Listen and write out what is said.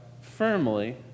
firmly